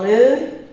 mood,